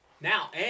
Now